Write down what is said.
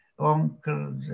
Uncles